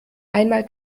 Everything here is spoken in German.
einmal